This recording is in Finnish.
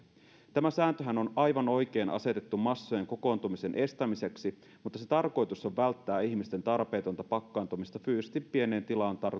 tämä sääntöhän on aivan oikein asetettu massojen kokoontumisen estämiseksi mutta sen tarkoitus on välttää ihmisten tarpeetonta pakkaantumista fyysisesti pieneen tilaan